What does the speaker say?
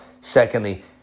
secondly